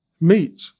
Meat